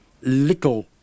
little